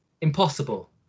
impossible